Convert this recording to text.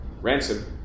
Ransom